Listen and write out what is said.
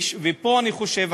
ופה אני חושב,